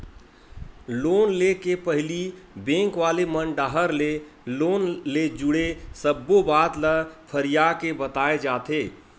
loan ले के पहिली बेंक वाले मन डाहर ले लोन ले जुड़े सब्बो बात ल फरियाके बताए जाथे